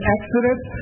Exodus